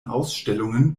ausstellungen